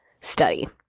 study